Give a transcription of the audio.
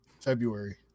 February